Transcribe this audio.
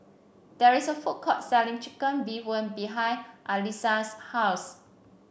there is a food court selling Chicken Bee Hoon behind Alissa's house